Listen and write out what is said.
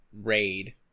raid